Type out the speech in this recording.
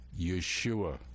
Yeshua